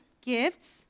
gifts